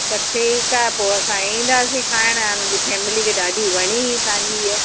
त ठीकु आहे पोइ असां ईंदासीं खाइण मुंहिंजी फ़ेमिली खे ॾाढी वणी हुई तव्हांजी इहा